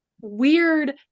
weird